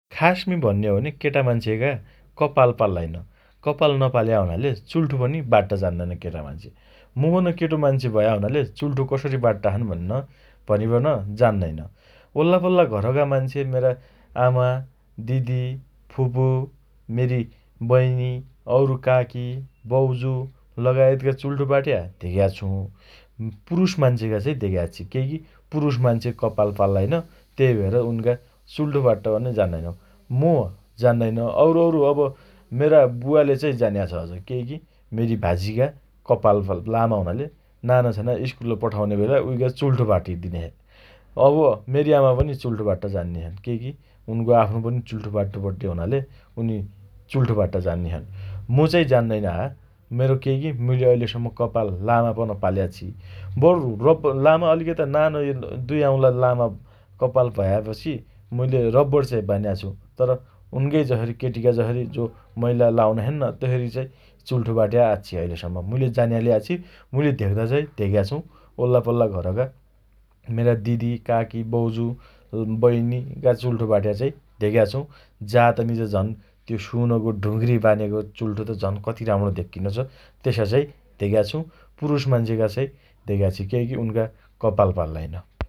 खासमी भन्ने हो भने केटा मान्छेका कप्पाल पाल्लाइन । कप्पाल नपाल्या हुनाले चुल्ठो पनि बाट्ट जान्नाइन केटा मान्छे । मु पन केटो मान्छे भया हुनाले चुल्ठो कसरी बाट्टा छन् भन्न भनिपन जान्नइन । वल्लापल्ला घरका मान्छे मेरा आमा, दिदि, फुपु, मेरी बइनी औरी काकी बौजु लगायतका चुल्ठो बाट्या धेक्या छु । पुरुष मान्छेका चाइ धेक्या आच्छि । केइकी पुरुष मान्छे कप्पाल पाल्लाइन । तेइ भएर उनका चुल्ठो बाट्ट पनि जान्नाइन । मु जान्नइन । औरु औरु अब मेरा बुवाले चाइ जान्या छ अझ केइ की मेरी झाजीका कप्पाल लामा हुनाले नाना छना स्कुल पठाउने बेला उइका चुल्ठो बाटिदिने छे । अब मेरी आमा पनि छुल्ठो बाट्ट जान्नी छन् । केइकी उनको आफ्नो पनि चुल्ठो बाट्टो पड्डे हुनाले उनी चुल्ठो बाट्ट जान्नी छन् । मु चाइ जान्नैन हा । मेरो केइ की मुइले अहिलेसम्म कप्पाल लामा पन पाल्या आच्छि । बरु रब्ब लामा अलिकता नान दुइ औँला लामा कप्पाल भयापछि मुइले रब्बण बान्या छु । तर, उनकइ जसरी केटीका जसरी जो महिला लाउना छन् तेसरी चाइ चुल्ठो बाट्या आच्छि अहिलेसम्म । मुइले जान्यालाई आच्छि । धेक्दा चाइ धेक्या छु । वल्लापल्ला घरका मेरा दिदि, काकी, बौजु, बैनीका चुल्ठो बाट्या धेक्या छु । जातमी त झन् त्यो सुनको ढु्ग्री बानेको चुल्ठो त झन् कति राम्णो धेक्किनो छ । तेसा चाइ धेक्या छु । पुरुस मान्छेका चाइ धेक्या आच्छि । केइ की उन्का कप्पाल पाल्लाइन ।